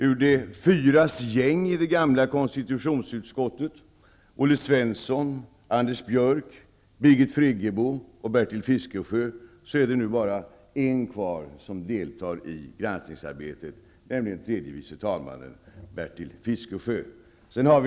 Från de fyras gäng i det gamla konstitutionsutskottet -- dvs. Olle Svensson, Fiskesjö -- är det nu bara en kvar som deltar i granskningsarbetet, nämligen tredje vice talmannen Bertil Fiskesjö.